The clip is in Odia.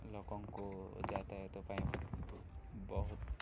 ଲୋକଙ୍କୁ ଯାତାୟାତ ପାଇଁ ବହୁତ